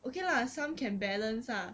okay lah some can balance ah